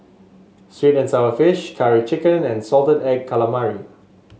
sweet and sour fish Curry Chicken and Salted Egg Calamari